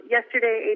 Yesterday